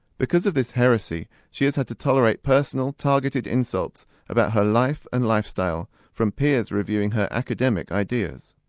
because of this heresy she has had to tolerate personal targeted insults about her life and lifestyle from peers reviewing her academic ideas.